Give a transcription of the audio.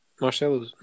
Marcelo